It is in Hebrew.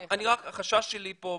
החשש שלי פה,